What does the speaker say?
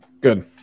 Good